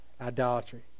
idolatry